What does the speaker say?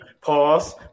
pause